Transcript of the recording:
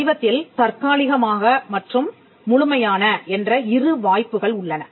படிவத்தில் தற்காலிக மற்றும் முழுமையான என்ற இரு வாய்ப்புகள் உள்ளன